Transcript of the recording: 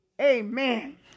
Amen